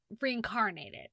reincarnated